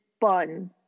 bun